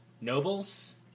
Nobles